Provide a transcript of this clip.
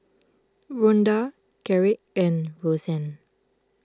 Ronda Garrick and Rozanne